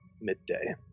Midday